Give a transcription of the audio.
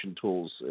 tools